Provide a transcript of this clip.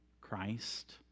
Christ